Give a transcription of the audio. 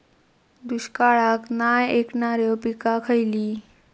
दुष्काळाक नाय ऐकणार्यो पीका खयली?